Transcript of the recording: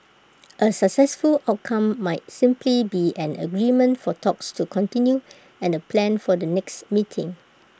A successful outcome might simply be an agreement for talks to continue and A plan for the next meeting